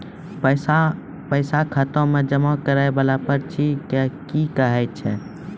पैसा खाता मे जमा करैय वाला पर्ची के की कहेय छै?